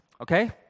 okay